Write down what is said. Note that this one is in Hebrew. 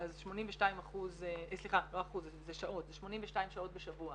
אז 82 שעות בשבוע